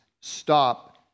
stop